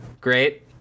Great